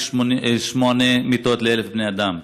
1.8 מיטות ל-1,000 בני אדם.